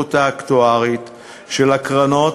היציבות האקטוארית של הקרנות,